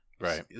Right